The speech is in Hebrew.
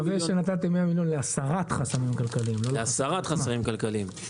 לא לחסמים כלכליים, להסרת חסמים כלכליים.